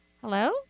Hello